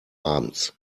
abends